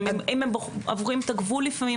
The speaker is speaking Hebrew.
אם הם עוברים את הגבול לפעמים,